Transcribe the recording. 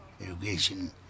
irrigation